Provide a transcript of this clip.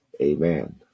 Amen